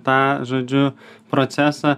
tą žodžiu procesą